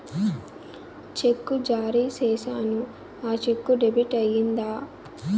చెక్కు జారీ సేసాను, ఆ చెక్కు డెబిట్ అయిందా